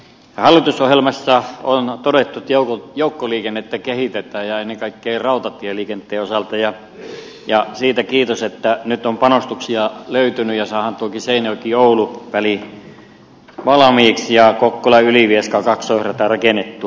hallitusohjelmassa on todettu että joukkoliikennettä kehitetään ja ennen kaikkea rautatieliikenteen osalta ja siitä kiitos että nyt on panostuksia löytynyt ja saadaan tuokin seinäjokioulu väli valmiiksi ja kokkolaylivieska kaksoisrata rakennettua